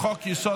לחוק-יסוד: